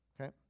Okay